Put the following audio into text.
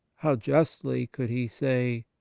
how justly could he say,